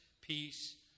peace